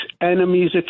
enemies